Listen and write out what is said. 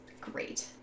great